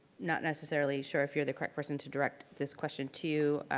not necessarily sure if you're the correct person to direct this question to,